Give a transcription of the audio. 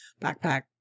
backpack